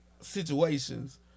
situations